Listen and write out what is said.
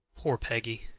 poor peggy!